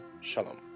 Shalom